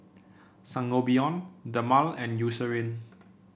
Sangobion Dermale and Eucerin